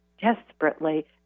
desperately